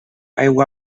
aigua